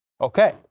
Okay